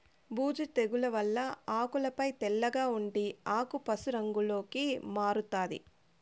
బూజు తెగుల వల్ల ఆకులపై తెల్లగా ఉండి ఆకు పశు రంగులోకి మారుతాది